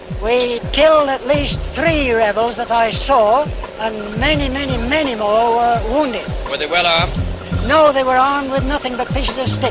we killed at least three rebels that i saw and many, many, many more were wounded. were they well armed? no, they were armed with nothing but pieces but